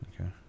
Okay